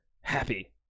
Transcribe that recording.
happy